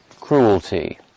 cruelty